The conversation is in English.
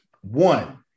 one